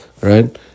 right